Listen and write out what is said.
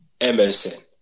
Emerson